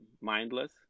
mindless